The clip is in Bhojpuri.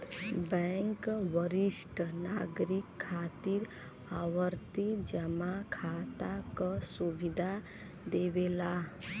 बैंक वरिष्ठ नागरिक खातिर आवर्ती जमा खाता क सुविधा देवला